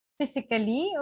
Physically